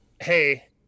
hey